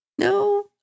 No